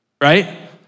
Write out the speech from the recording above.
Right